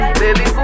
baby